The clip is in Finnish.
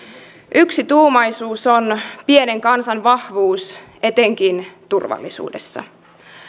yksituumaisuus on pienen kansan vahvuus etenkin turvallisuudessa